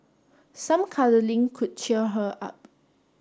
some cuddling could cheer her up